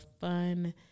fun